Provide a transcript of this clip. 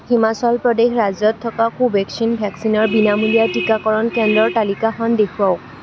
হিমাচল প্ৰদেশ ৰাজ্যত থকা কোভেক্সিন ভেকচিনৰ বিনামূলীয়া টীকাকৰণ কেন্দ্ৰৰ তালিকাখন দেখুৱাওক